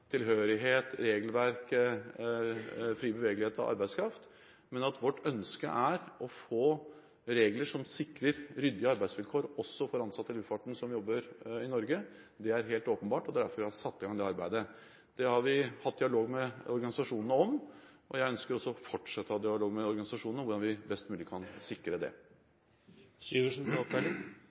tilhørighet, regelverk og fri bevegelighet av arbeidskraft, men at vårt ønske er å få regler som sikrer ryddige arbeidsvilkår også for ansatte i luftfarten som jobber i Norge, er helt åpenbart. Det er derfor vi har satt i gang det arbeidet. Det har vi hatt dialog med organisasjonene om, og jeg ønsker også å fortsette å ha dialog med organisasjonene om hvordan vi best mulig kan sikre det.